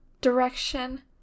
direction